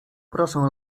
proszę